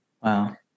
Wow